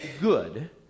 good